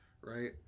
right